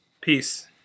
Peace